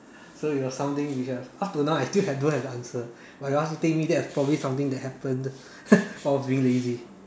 so it was something which was up to now I still have don't have the answer but you ask me to think maybe that was something that happened while I was being lazy